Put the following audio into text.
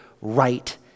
right